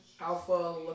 alpha